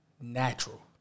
natural